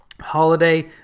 holiday